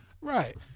Right